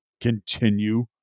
continue